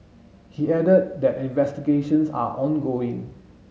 he added that investigations are ongoing